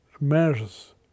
measures